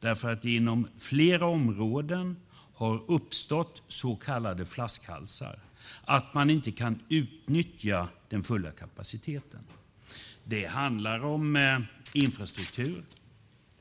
därför att det inom flera områden har uppstått så kallade flaskhalsar. Man kan inte utnyttja den fulla kapaciteten. Det handlar om infrastruktur.